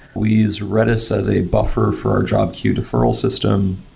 we use redis as a buffer for our job queue deferral system.